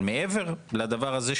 אבל מעבר לדבר הזה,